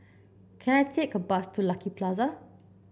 can I take a bus to Lucky Plaza